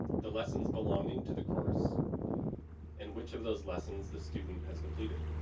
the lessons belonging to the course and which of those lessons the student has completed.